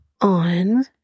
on